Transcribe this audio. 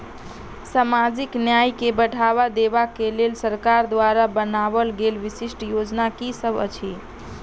सामाजिक न्याय केँ बढ़ाबा देबा केँ लेल सरकार द्वारा बनावल गेल विशिष्ट योजना की सब अछि?